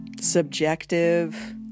subjective